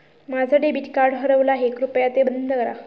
माझं debit card हरवलं आहे, कृपया ते बंद करा